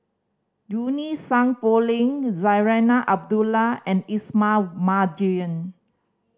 Junie Sng Poh Leng Zarinah Abdullah and Ismail Marjan